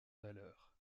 valeurs